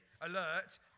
alert